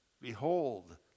Behold